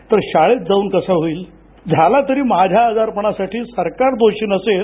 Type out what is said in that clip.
तर शाळेत जाऊन कसा होईल झाला तरी माझ्या आजारासाठी सरकार दोषी नसेल